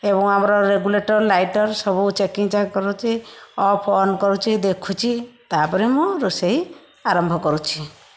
ଏବଂ ଆମର regulator lighter ସବୁ ଚେକିଙ୍ଗ ଚାକ କରୁଛି ଅଫ୍ ଅନ୍ କରୁଛି ଦେଖୁଛି ତା'ପରେ ମୁଁ ରୋଷେଇ ଆରମ୍ଭ କରୁଛି